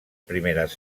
primeres